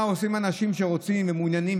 מה עושים אנשים שרוצים ומעוניינים,